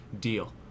deal